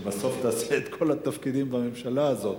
שבסוף תעשה את כל התפקידים בממשלה הזו.